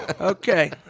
Okay